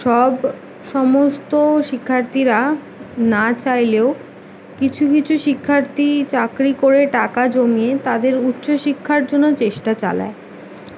সব সমস্ত শিক্ষার্থীরা না চাইলেও কিছু কিছু শিক্ষার্থী চাকরি করে টাকা জমিয়ে তাদের উচ্চশিক্ষার জন্য চেষ্টা চালায়